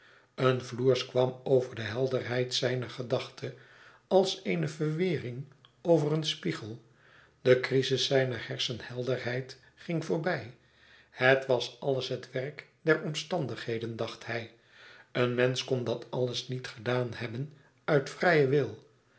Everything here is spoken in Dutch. een floers kwam over de helderheid zijner gedachte als eene verweêring over een spiegel de crisis zijner hersenhelderheid ging voorbij het was alles het werk der omstandigheden dacht hij een mensch kon dat alles niet gedaan hebben uit vrijen wil